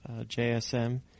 JSM